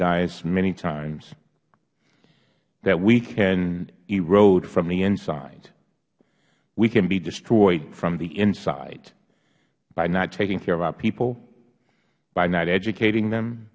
dais many times that we can erode from the inside we can be destroyed from the inside by not taking care of our people by not educating them